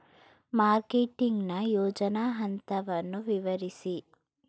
Marketing ನ ಯೋಜನಾ ಹಂತವನ್ನು ವಿವರಿಸಿ?